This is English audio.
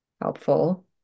helpful